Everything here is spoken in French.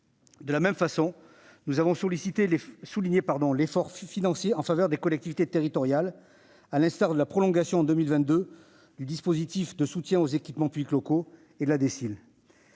De la même façon, nous avons souligné l'effort financier en faveur des collectivités territoriales, à l'instar de la prolongation en 2022 du dispositif de soutien aux équipements publics locaux et de la dotation